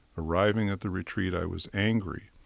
arriving at the retreat, i was angry.